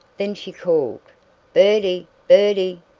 then she called birdie! birdie!